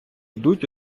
йдуть